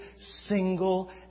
single